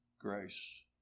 grace